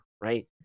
right